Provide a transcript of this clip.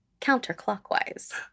counterclockwise